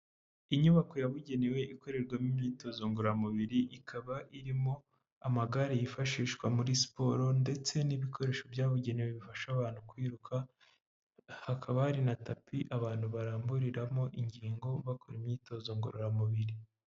Inyubako yabugenewe ikorerwamo imyitozo ngororamubiri, ikaba irimo amagare yifashishwa muri siporo ndetse, n'ibikoresho byabugenewe bifasha abantu kwiruka, hakaba hari na tapi abantu baramburiramo ingingo, bakora imyitozo ngororamubiri.